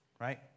right